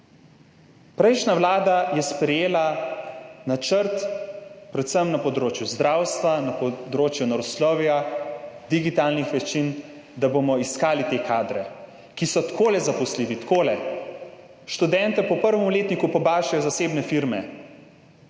Prejšnja vlada je sprejela načrt, predvsem na področju zdravstva, naravoslovja, digitalnih veščin, da bomo iskali te kadre, ki so takole zaposljivi, takole / pokaže z gesto/. Študente po prvem letniku pobašejo zasebne firme,